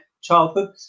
childhood